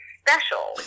special